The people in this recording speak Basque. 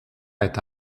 eta